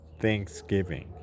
Thanksgiving